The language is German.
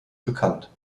bekannt